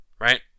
right